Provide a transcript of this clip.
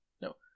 No